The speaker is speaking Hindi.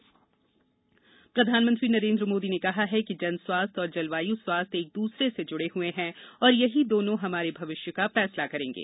पीएम शिखर सम्मेलन प्रधानमंत्री नरेन्द्र मोदी ने कहा है कि जनस्वास्थ्य और जलवायु स्वास्थ्य एक दूसरे से जुड़े हए और यही दोनों हमारे भविष्य का फैसला करेंगे